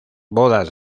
bodas